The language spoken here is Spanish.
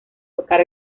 tocar